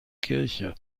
kirche